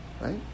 Right